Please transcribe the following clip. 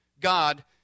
God